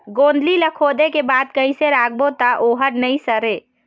गोंदली ला खोदे के बाद कइसे राखबो त ओहर नई सरे?